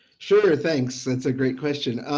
sure. thanks, it's a great question.